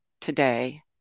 today